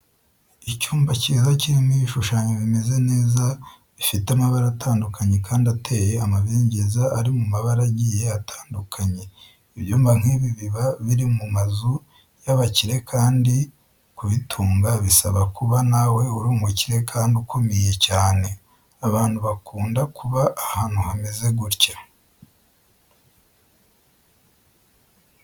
Icyumba kiza kirimo ibishushanyo bimeze neza, bifite amabara atandukanye kandi ateye amabengeza ari mu mabara agiye atandukanye. Ibyumba nk'ibi biba biri mu mazu y'abakire kandi kubitunga bisaba kuba nawe uri umukire kandi ukomeye cyane, abantu bakunda kuba ahantu hameze gutya.